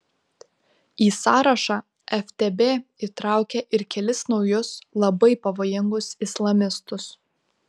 į sąrašą ftb įtraukė ir kelis naujus labai pavojingus islamistus